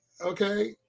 okay